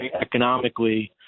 economically